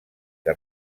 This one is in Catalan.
que